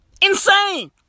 Insane